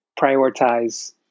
prioritize